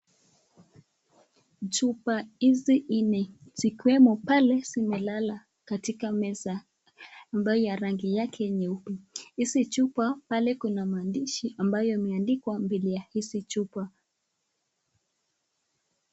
Chupa hizi nne zikiwemo pale zimelala katika meza ambaye ya rangi yake ni nyeupe. Hizi chupa pale kuna maandishi ambayo imeandikwa mbele ya hizi chupa.